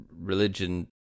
religion